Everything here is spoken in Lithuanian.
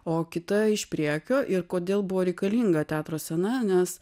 o kita iš priekio ir kodėl buvo reikalinga teatro scena nes